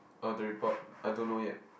ah the report I don't know yet